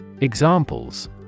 Examples